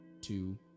two